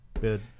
bid